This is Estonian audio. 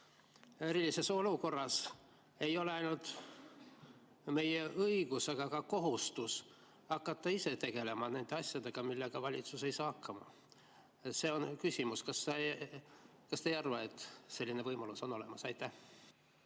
erilises olukorras ei ole meil mitte ainult õigus, vaid ka kohustus hakata ise tegelema nende asjadega, millega valitsus ei saa hakkama. Kas te ei arva, et selline võimalus on olemas? Aitäh,